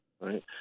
right